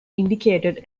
indicated